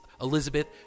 Elizabeth